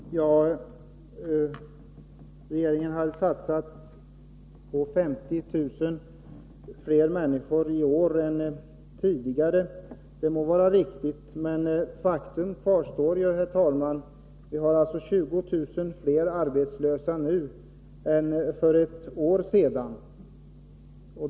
Herr talman! Regeringen har gjort en satsning för att bereda arbete åt 50 000 fler människor i år än tidigare. Det må vara riktigt, men faktum kvarstår att vi nu har 20 000 fler arbetslösa än för ett år sedan.